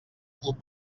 club